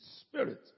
spirit